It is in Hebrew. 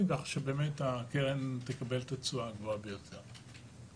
כך שבאמת הקרן תקבל את התשואה הגבוהה ביותר.